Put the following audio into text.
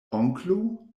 onklo